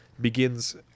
begins